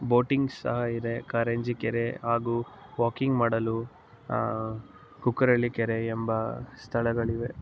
boating ಸಹ ಇದೆ ಕಾರಂಜಿ ಕೆರೆ ಹಾಗೂ ವಾಕಿಂಗ್ ಮಾಡಲು ಕುಕ್ಕರಳ್ಳಿ ಕೆರೆ ಎಂಬ ಸ್ಥಳಗಳಿವೆ